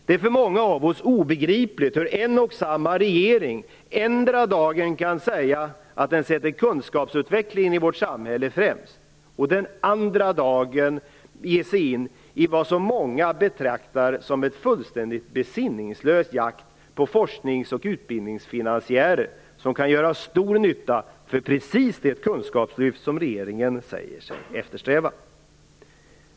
Det är för många av oss obegripligt hur en och samma regering den ena dagen kan säga att den sätter kunskapsutvecklingen i vårt samhälle främst och den andra dagen ger sig in i vad som många betraktar som en fullständigt besinningslös jakt på forsknings och utbildningsfinansiärer som kan göra stor nytta för precis det kunskapslyft som regeringen säger sig eftersträva.